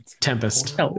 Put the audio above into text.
Tempest